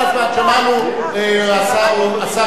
שמענו, הוא חזר